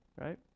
Right